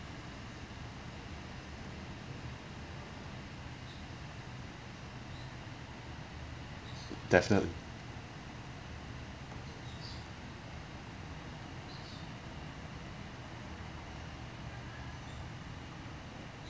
definitely